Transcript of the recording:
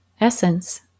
essence